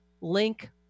link